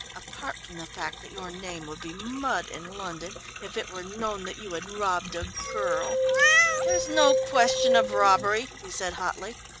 apart from the fact that your name would be mud in london if it were known that you had robbed a girl there's no question of robbery, he said hotly,